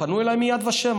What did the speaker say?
פנו אליי מיד ושם,